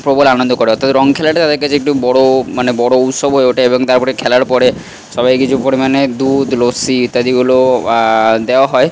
প্রবল আনন্দ করে অর্থাৎ রঙ খেলাটা তাদের কাছে একটা বড় মানে বড় উৎসব হয়ে ওঠে এবং তার পরে খেলার পরে সবাই কিছু পরিমাণে দুধ লস্যি ইত্যাদিগুলো দেওয়া হয়